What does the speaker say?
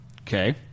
Okay